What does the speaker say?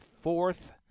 fourth